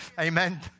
Amen